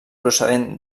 procedent